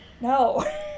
No